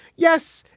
yes,